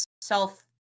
self